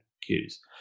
cues